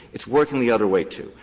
it's working the other way, too.